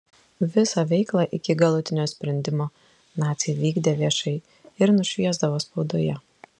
visą veiklą iki galutinio sprendimo naciai vykdė viešai ir nušviesdavo spaudoje